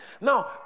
Now